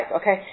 Okay